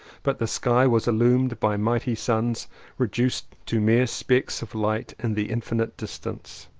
but the sky was illumined by mighty suns re duced to mere specks of light in the in finite distance.